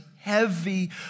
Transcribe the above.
heavy